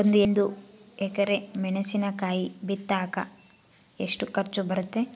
ಒಂದು ಎಕರೆ ಮೆಣಸಿನಕಾಯಿ ಬಿತ್ತಾಕ ಎಷ್ಟು ಖರ್ಚು ಬರುತ್ತೆ?